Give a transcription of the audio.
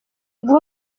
iguhe